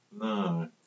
No